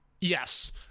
Yes